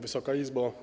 Wysoka Izbo!